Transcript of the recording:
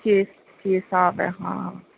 केह् केह् स्हाब ऐ आं